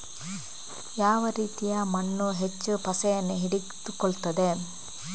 ಯಾವ ರೀತಿಯ ಮಣ್ಣು ಹೆಚ್ಚು ಪಸೆಯನ್ನು ಹಿಡಿದುಕೊಳ್ತದೆ?